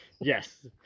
Yes